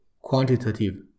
quantitative